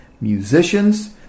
musicians